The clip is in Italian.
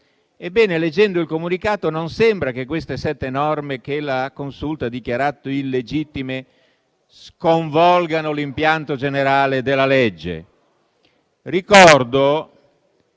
Ebbene, leggendo il comunicato, non sembra che queste sette norme che la Consulta ha dichiarato illegittime sconvolgano l'impianto generale della legge. Ricordo